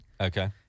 Okay